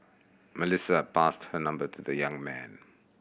Melissa passed her number to the young man